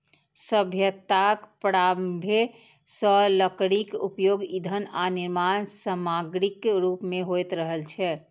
सभ्यताक प्रारंभे सं लकड़ीक उपयोग ईंधन आ निर्माण समाग्रीक रूप मे होइत रहल छै